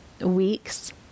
weeks